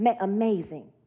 amazing